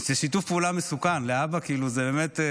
זה שיתוף פעולה מסוכן, להבא, כאילו, זה באמת.